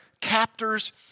captors